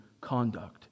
conduct